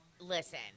Listen